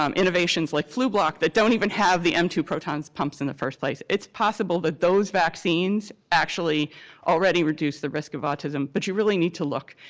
um innovations, like flublok, that don't even have the m two proton pumps in the first place. it's possible that those vaccines actually already reduce the risk of autism, but you really need to look.